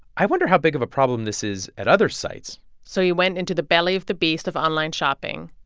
i wonder how big of a problem this is at other sites so he went into the belly of the beast of online shopping,